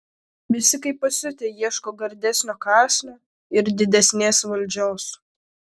visi kaip pasiutę ieško gardesnio kąsnio ir didesnės valdžios